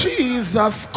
Jesus